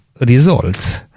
results